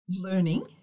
learning